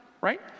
right